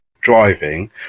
driving